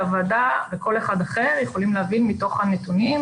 והוועדה וכל אחד אחר יכולים להבין מתוך הנתונים